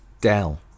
Dell